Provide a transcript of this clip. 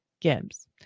Gibbs